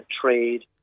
trade